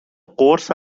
قرص